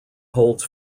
holds